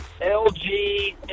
LG